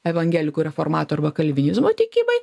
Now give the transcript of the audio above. evangelikų reformatų arba kalvinizmo tikybai